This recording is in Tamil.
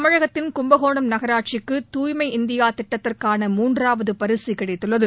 தமிழகத்தின் கும்பகோணம் நகராட்சிக்கு தூய்மை இந்தியா திட்டத்திற்கான மூன்றாவது பரிசு கிடைத்துள்ளது